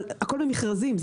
אבל הכול במכרזים.